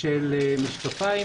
של משקפיים.